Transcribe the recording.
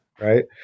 right